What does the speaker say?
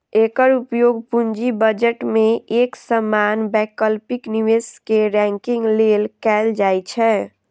एकर उपयोग पूंजी बजट मे एक समान वैकल्पिक निवेश कें रैंकिंग लेल कैल जाइ छै